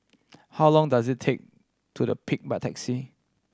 how long does it take to The Peak by taxi